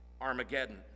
Armageddon